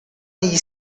negli